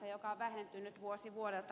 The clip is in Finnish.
se on vähentynyt vuosi vuodelta